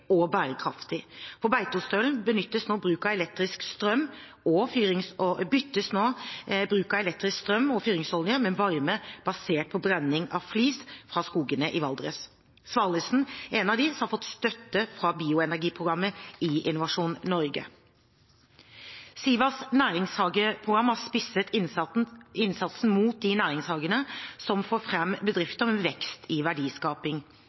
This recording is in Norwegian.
og bærekraftig. På Beitostølen byttes nå bruk av elektrisk strøm og fyringsolje med varme basert på brenning av flis fra skogene i Valdres. Svalesen er en av dem som har fått støtte fra Bioenergiprogrammet i Innovasjon Norge. Sivas næringshageprogram har spisset innsatsen mot de næringshagene som får fram bedrifter med vekst i